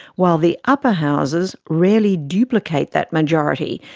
while the upper houses rarely duplicate that majority,